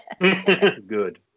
Good